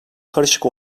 karışık